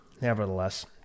Nevertheless